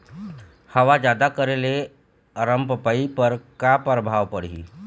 हवा जादा करे ले अरमपपई पर का परभाव पड़िही?